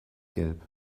gelb